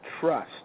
trust